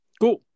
Cool